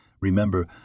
Remember